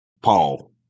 Paul